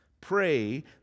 Pray